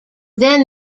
then